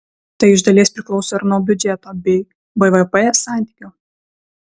tai iš dalies priklauso ir nuo biudžeto bei bvp santykio